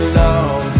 love